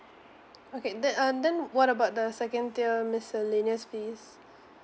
okay then uh then what about the second tier miscellaneous fees